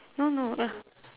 no no uh